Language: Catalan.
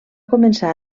començar